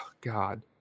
God